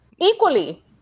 Equally